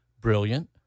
brilliant